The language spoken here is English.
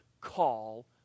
call